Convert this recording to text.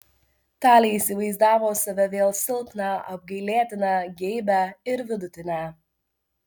talė įsivaizdavo save vėl silpną apgailėtiną geibią ir vidutinę